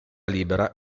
libera